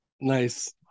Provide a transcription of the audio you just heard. Nice